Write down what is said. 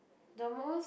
the most